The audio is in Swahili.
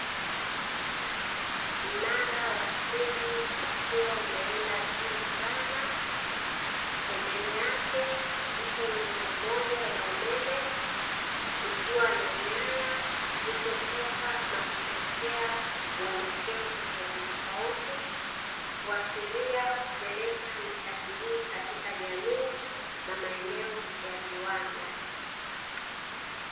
Mnara wa simu ukiwa umeenda juu sana, pembeni yake ipo nguzo moja ya umeme ikiwa na nyaya zilizotoka na kuelekea uelekeo tofauti tofauti, kuashiria kupeleka nishati hii katika jamii na maeneo ya viwanda.